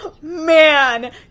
man